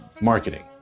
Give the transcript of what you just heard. marketing